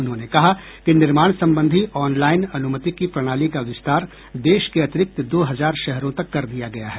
उन्होंने कहा कि निर्माण संबंधी ऑनलाइन अनुमति की प्रणाली का विस्तार देश के अतिरिक्त दो हजार शहरों तक कर दिया गया है